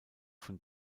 von